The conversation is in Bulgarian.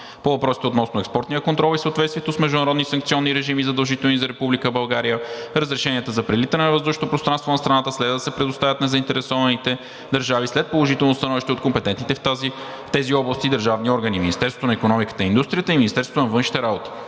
По въпросите относно експортния контрол и съответствието с международни санкционни режими, задължителни за Република България, разрешенията за прелитане над въздушното пространство над страната следва да се предоставят на заинтересованите държави след положително становище от компетентните в тези области държавни органи – Министерството на икономиката и индустрията и Министерството на външните работи.